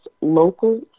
local